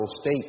state